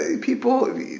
people